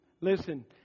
Listen